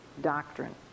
Doctrine